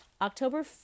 October